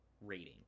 rating